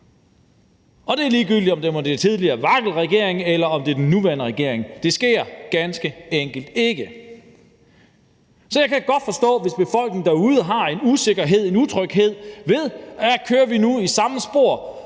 Og det er ligegyldigt, om det er den tidligere VLAK-regering, eller om det er den nuværende regering; det sker ganske enkelt ikke. Så jeg kan godt forstå, hvis befolkningen derude har en usikkerhed og en utryghed, i forhold til om vi nu kører i samme spor,